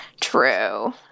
True